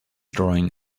drawing